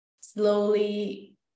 slowly